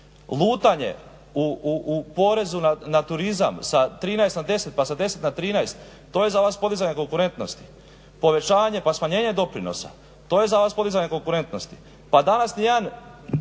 lutanje u porezu na turizam sa 13 na 10 pa sa 10 na 13 to je za vas podizanje konkurentnosti, povećavanje pa smanjenje doprinosa, to je za vas podizanje konkurentnosti.